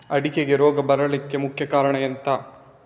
ಅಡಿಕೆಗೆ ರೋಗ ಬರ್ಲಿಕ್ಕೆ ಮುಖ್ಯ ಕಾರಣ ಎಂಥ?